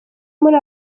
muri